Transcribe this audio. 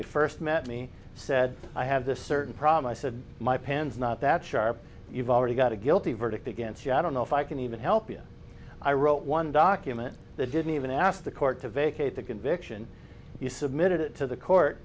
they first met me said i have this certain problem i said my pens not that sharp you've already got a guilty verdict against you i don't know if i can even help you i wrote one document that didn't even ask the court to vacate that conviction you submitted it to the court